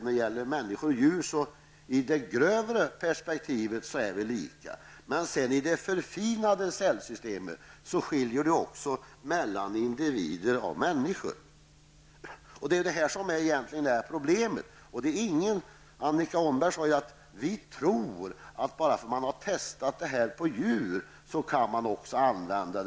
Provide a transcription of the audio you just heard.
När det gäller människor och djur är de i det grövre perspektivet lika. Vad beträffar det förfinade cellsystemet skiljer det sig också mellan mänskliga individer. Det är här som problemet ligger. Annika Åhnberg sade att man tror att ett medel kan användas på människor bara därför att det har testats på djur.